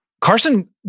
Carson